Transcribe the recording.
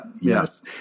yes